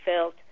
felt